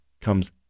comes